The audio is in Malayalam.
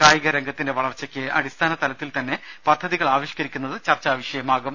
കായികരംഗത്തിന്റെ വളർച്ചയ്ക്ക് അടിസ്ഥാനതലത്തിൽ തന്നെ പദ്ധതികൾ ആവിഷ്ക്കരിക്കുന്നത് ചർച്ചാ വിഷയമാകും